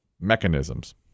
mechanisms